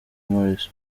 maurice